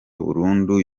burundu